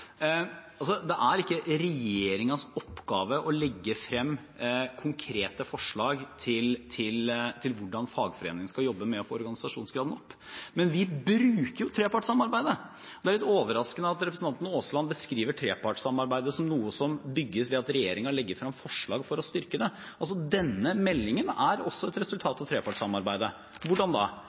er det ikke regjeringens oppgave å legge frem konkrete forslag til hvordan fagforeningene skal jobbe med å få organisasjonsgraden opp, men vi bruker jo trepartssamarbeidet. Det er litt overraskende at representanten Aasland beskriver trepartssamarbeidet som noe som bygges ved at regjeringen legger frem forslag for å styrke det. Denne meldingen er også et resultat av trepartssamarbeidet. Hvordan da?